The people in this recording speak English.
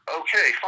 okay